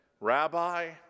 Rabbi